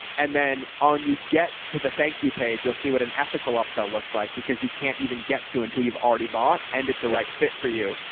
and then on you get to the thank you page. you'll see what an ethical upsale looks like, because you can't even get to until you've already bought and it's a right fit for you.